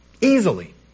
Easily